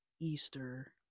Easter